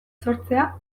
sortzea